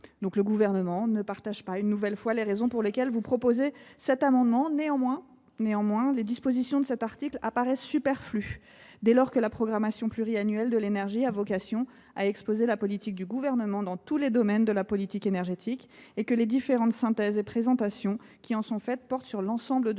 Le Gouvernement ne partage pas les motifs de cet amendement ; toutefois, les dispositions de l’article 13 apparaissent superflues dès lors que la programmation pluriannuelle de l’énergie a vocation à exposer la politique du Gouvernement dans tous les domaines de la politique énergétique et que les différentes synthèses et présentations qui en sont faites portent sur l’ensemble de ces